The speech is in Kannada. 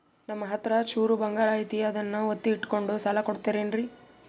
ನಮ್ಮಹತ್ರ ಚೂರು ಬಂಗಾರ ಐತಿ ಅದನ್ನ ಒತ್ತಿ ಇಟ್ಕೊಂಡು ಸಾಲ ಕೊಡ್ತಿರೇನ್ರಿ?